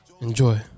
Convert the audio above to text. Enjoy